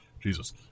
Jesus